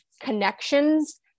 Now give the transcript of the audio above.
connections